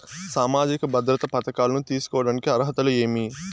సామాజిక భద్రత పథకాలను తీసుకోడానికి అర్హతలు ఏమి?